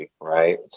right